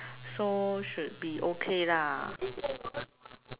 so should be okay lah